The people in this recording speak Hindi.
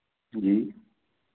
जी